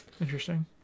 Interesting